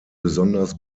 besonders